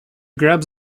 grabs